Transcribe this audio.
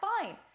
fine